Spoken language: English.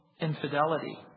infidelity